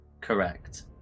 Correct